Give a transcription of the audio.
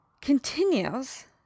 continues